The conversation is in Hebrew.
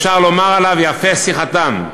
אפשר לומר עליו "יפה שיחתם".